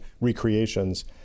recreations